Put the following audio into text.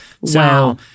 Wow